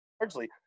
largely